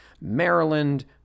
Maryland